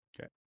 Okay